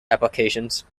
applications